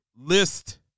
list